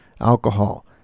alcohol